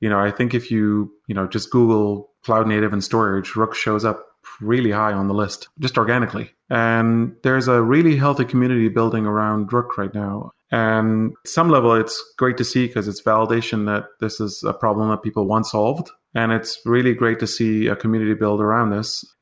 you know i think if you you know just google cloud native and storage, rook shows up really high on the list just organically. and there is a really healthy community building around rook right now, and some level, it's great to see because it's validation that this is a problem of people once solved, and it's really great to see a community build around this.